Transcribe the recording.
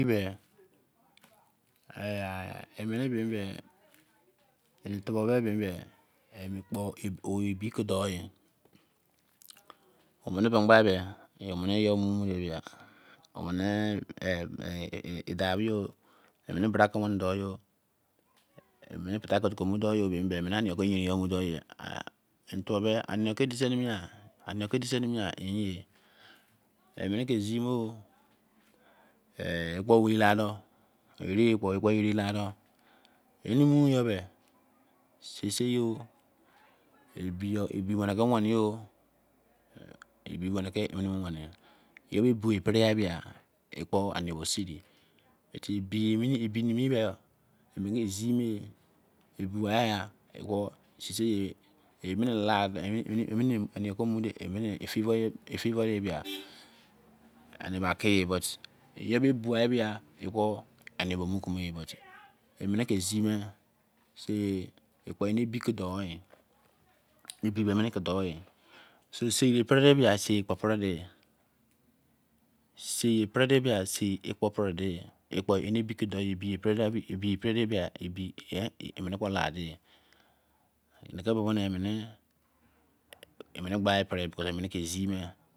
Emene o mi beh onu ebi ke doh ye omene ba beh omene you ke mute omene e dan onaene bra ke wene dan ye emene ph ke hu imu doh ye mene ani yoi ke inu doh you ani lee edise ma eyin ye mene ke zimbo ekpo owai k doh ere na la doh emu nu you beh sisi you ebi wene kee wene yo ebi wene ke wene yoi be ebi pere beh ekpo ano go se ebi yenrin mena ke zime ebugha ekpo mumuune yo tee favour bia eba ke ye bugha bia enaiyo nuke me mene ke zime ekpo emi ebi ke do so san ye pene di sin ekpo ke la de